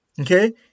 Okay